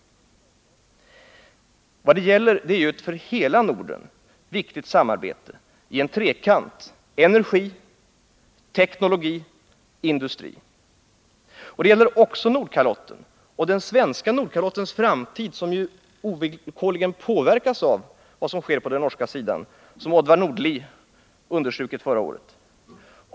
Vad det gäller är ju ett för hela Norden viktigt samarbete i en trekant: energi-teknologi— industri. Det gäller också Nordkalotten, och den svenska Nordkalottens framtid påverkas ovillkorligen av vad som sker på den norska sidan, som Odvar Nordli understrukit förra året.